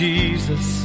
Jesus